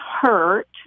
hurt